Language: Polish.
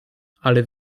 ale